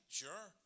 sure